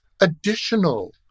additional